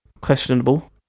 questionable